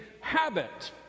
habit